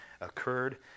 occurred